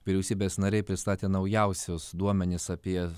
vyriausybės nariai pristatė naujausius duomenis apie